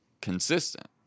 consistent